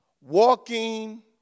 Walking